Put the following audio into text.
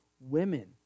women